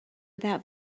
that